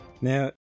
Now